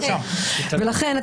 לכן,